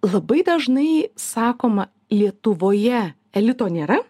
labai dažnai sakoma lietuvoje elito nėra